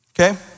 Okay